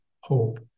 hope